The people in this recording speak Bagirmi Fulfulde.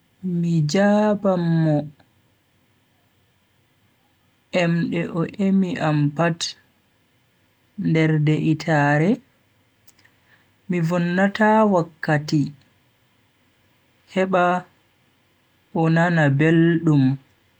Mi jaban mo emde o emi am pat nder de'itaare mi vonnata wakkati. Heba o nana beldum.